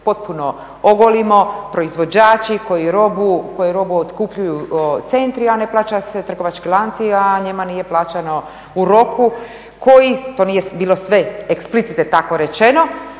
potpuno ogolimo, proizvođači koji robu otkupljuju centri, trgovački lanci, a njima nije plaćeno u roku koji, to nije bilo sve explicite tako rečeno,